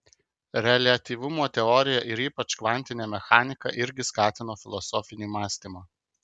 reliatyvumo teorija ir ypač kvantinė mechanika irgi skatino filosofinį mąstymą